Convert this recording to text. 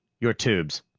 you're tubes.